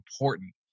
important